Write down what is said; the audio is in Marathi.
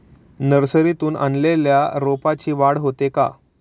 नर्सरीतून आणलेल्या रोपाची वाढ होते का?